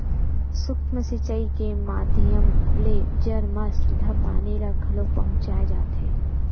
सूक्ष्म सिचई के माधियम ले जर म सीधा पानी ल घलोक पहुँचाय जाथे